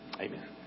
Amen